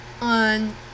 on